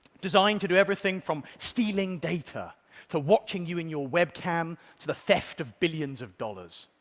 designed to do everything from stealing data to watching you in your webcam to the theft of billions of dollars.